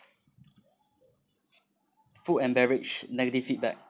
food and beverage negative feedback